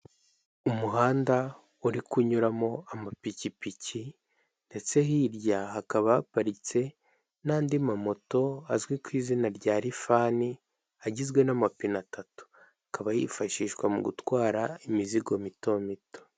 Umuhanda uri kunyuramo amapikipiki ndetse hirya hakaba haparitse n'andi mamoto azwi ku izina rya rifani agizwe n'amapine atatu, akaba yifashishwa mu gutwara imizigo mito mito.